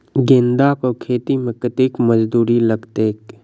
गेंदा केँ खेती मे कतेक मजदूरी लगतैक?